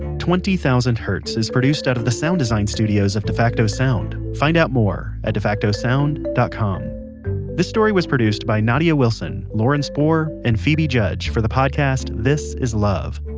twenty thousand hertz is produced out of the sound design studios of defacto sound. find out more at defacto sound dot com this story was produced by nadia wilson, lauren spohrer and phoebe judge for the podcast, this is love.